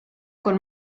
con